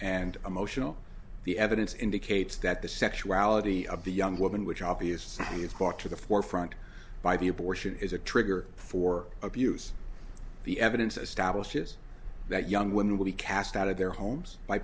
and emotional the evidence indicates that the sexuality of the young woman which obviously is brought to the forefront by the abortion is a trigger for abuse the evidence establishes that young women will be cast out of their homes